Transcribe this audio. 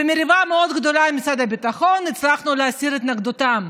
במריבה מאוד גדולה עם משרד הביטחון הצלחנו להסיר את התנגדותם,